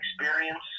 experience